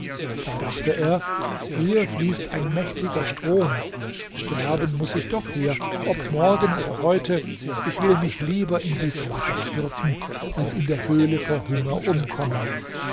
da dachte er hier fließt ein mächtiger strom sterben muß ich doch hier ob morgen oder heute ich will mich lieber in dies wasser stürzen als in der höhle vor hunger umkommen